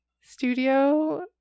studio